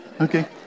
Okay